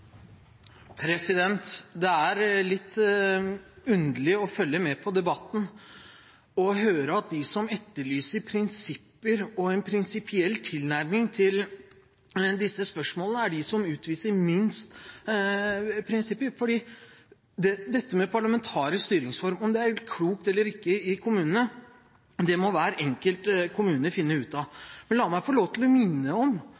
Det er litt underlig å følge med på debatten og høre at de som etterlyser prinsipper og en prinsipiell tilnærming til disse spørsmålene, er de som utviser minst prinsipper. Om det er klokt eller ikke med parlamentarisk styreform i kommunene, må hver enkelt kommune finne ut av. La meg få